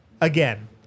again